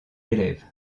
élèves